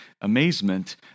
amazement